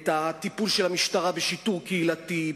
את הטיפול של המשטרה בשיטור קהילתי,